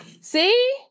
See